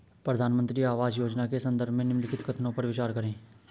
प्रधानमंत्री आवास योजना के संदर्भ में निम्नलिखित कथनों पर विचार करें?